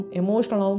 emotional